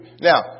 Now